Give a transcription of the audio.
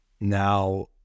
Now